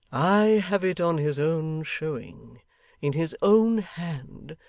i have it on his own showing in his own hand.